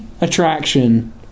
attraction